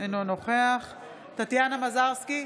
אינו נוכח טטיאנה מזרסקי,